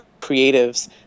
creatives